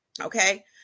Okay